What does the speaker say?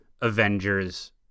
Avengers